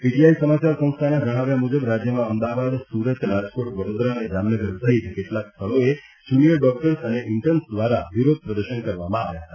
PTI સમાચાર સંસ્થાના જણાવ્યા મુજબ રાજ્યમાં અમદાવાદ સુરત રાજકોટ વડોદરા અને જામનગર સહિત કેટલાક સ્થળોએ જૂનિયર ડૉક્ટર અને ઇન્ટર્ન દ્વારા વિરોધ પ્રદર્શન કરવામાં આવ્યા હતા